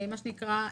מה שנקרא,